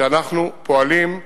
שאנחנו מפעילים.